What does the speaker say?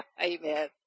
amen